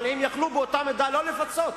אבל הם יכלו באותה מידה לא לפצות.